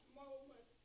moment